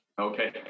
Okay